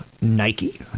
Nike